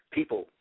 People